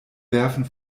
werfen